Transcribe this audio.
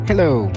Hello